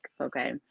okay